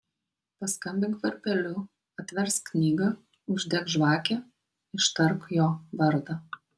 paskambink varpeliu atversk knygą uždek žvakę ištark jo vardą